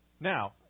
Now